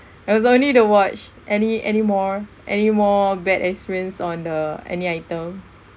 it was only the watch any anymore anymore bad experience on the any item